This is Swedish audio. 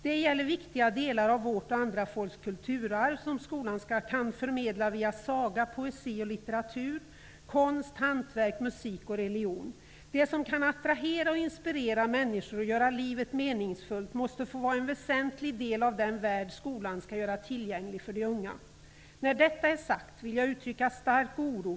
Det gäller viktiga delar av vårt och andra folks kulturarv som skolan kan förmedla via saga, poesi och litteratur, konst, hantverk, musik och religion. Det som kan attrahera och inspirera människor och göra livet meningsfullt måste få vara en väsentlig del av den värld skolan skall göra tillgänglig för de unga. När detta är sagt vill jag uttrycka stark oro.